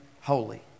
holy